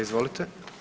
Izvolite.